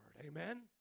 Amen